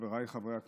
חבריי חברי הכנסת,